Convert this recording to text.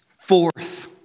Fourth